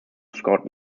scott